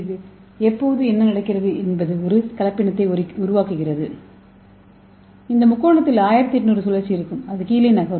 அது எப்போது என்ன நடக்கிறது என்பது ஒரு கலப்பினத்தை உருவாக்குகிறது இந்த முக்கோணத்தில் 1800 சுழற்சி இருக்கும் அது கீழே நகரும்